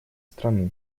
страны